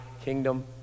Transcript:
kingdom